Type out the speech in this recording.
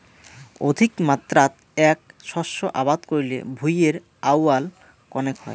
অধিকমাত্রাত এ্যাক শস্য আবাদ করিলে ভূঁইয়ের আউয়াল কণেক হয়